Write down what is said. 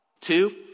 Two